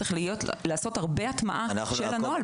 צריך להטמיע את הנוהל.